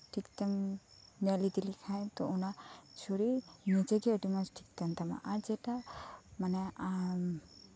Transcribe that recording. ᱛᱮᱢ ᱧᱮᱞ ᱤᱫᱤ ᱞᱮᱠᱷᱟᱡ ᱛᱚ ᱚᱱᱟ ᱥᱚᱨᱤᱨ ᱱᱤᱡᱮ ᱜᱮ ᱟᱹᱰᱤ ᱢᱚᱸᱡ ᱴᱷᱤᱠ ᱛᱟᱦᱮᱸᱱ ᱛᱟᱢᱟ ᱟᱨ ᱡᱮᱴᱟ ᱢᱟᱱᱮ ᱟᱢ